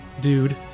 dude